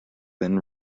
been